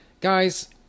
guys